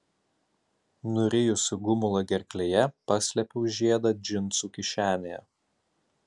nurijusi gumulą gerklėje paslėpiau žiedą džinsų kišenėje